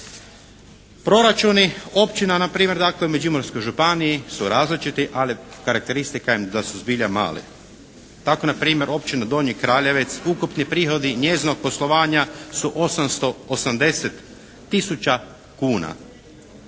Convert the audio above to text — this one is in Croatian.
Proračuni općina na primjer dakle u Međimurskoj županiji su različiti ali karakteristika je da su zbilja mali. Tako na primjer općina Donji Kraljevec, ukupni prihodi njezinog poslovanja su 880 tisuća kuna.